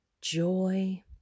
joy